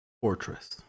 Fortress